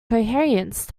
coherence